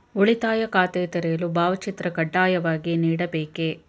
ಉಳಿತಾಯ ಖಾತೆ ತೆರೆಯಲು ಭಾವಚಿತ್ರ ಕಡ್ಡಾಯವಾಗಿ ನೀಡಬೇಕೇ?